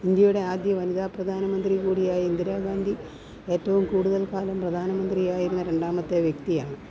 ഇന്ത്യയുടെ ആദ്യ വനിതാ പ്രധാനമന്ത്രി കൂടിയായ ഇന്ദിരാ ഗാന്ധി ഏറ്റവും കൂടുതൽ കാലം പ്രധാനമന്ത്രിയായിരുന്ന രണ്ടാമത്തെ വ്യക്തിയാണ്